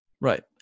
Right